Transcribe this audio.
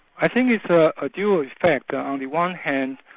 i think it's a ah dual respect, on the one hand,